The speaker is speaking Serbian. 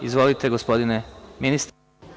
Izvolite, gospodine ministre.